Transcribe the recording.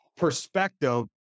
perspective